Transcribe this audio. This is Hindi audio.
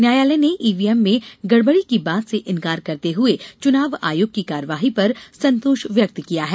न्यायालय ने ईवीएम में गड़बड़ी की बात से इंकार करते हुए चुनाव आयोग की कार्यवाही पर संतोष व्यक्त किया है